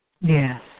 Yes